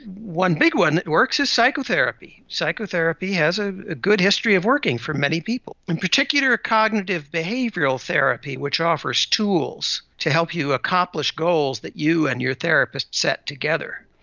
one big one that works is psychotherapy. psychotherapy has a ah good history of working for many people. in particular, cognitive behavioural therapy, which offers tools to help you accomplish goals that you and your therapist set together.